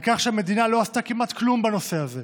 על כך שהמדינה לא עשתה כמעט כלום בנושא הזה.